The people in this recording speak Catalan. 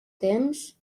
temps